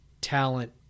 talent